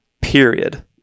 period